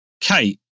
Kate